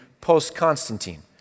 post-Constantine